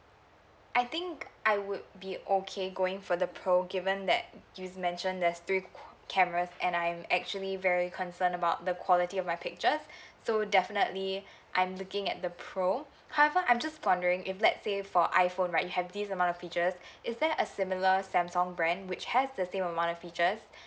I think I would be okay going for the pro given that you've mentioned there's three cameras and I'm actually very concerned about the quality of my pictures so definitely I'm looking at the pro however I'm just wondering if let say for iphone right you have this amount of features is there a similar samsung brand which has the same amount of features